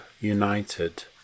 United